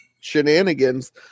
shenanigans